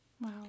Wow